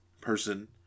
person